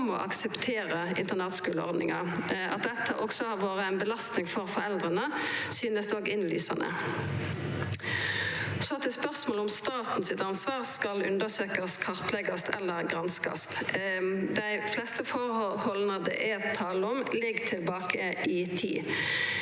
om å akseptera internatskuleordninga. At dette også har vore ei belastning for foreldra, synest innlysande. Så til spørsmålet om staten sitt ansvar skal undersøkjast, kartleggjast eller granskast. Dei fleste forholda det er tale om, ligg tilbake i tid.